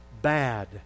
bad